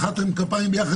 מחאתם כפיים ביחד